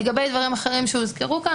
לגבי דברים אחרים שהוזכרו כאן,